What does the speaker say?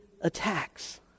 attacks